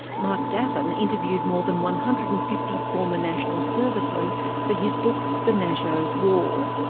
mark dapin interviewed more than one hundred and fifty former national servicemen for his book, the nashos' war.